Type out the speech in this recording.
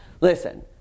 listen